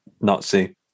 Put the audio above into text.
Nazi